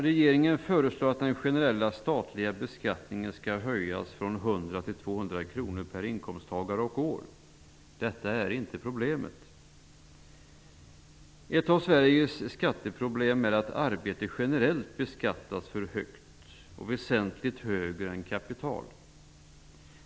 Regeringen föreslår att den generella statliga beskattningen skall höjas från 100 till 200 kr per inkomsttagare och år. Detta är inte problemet. Ett av Sveriges skatteproblem är att arbete generellt beskattas för högt och väsentligt högre än kapital.